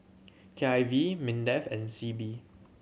K I V MINDEF and SEAB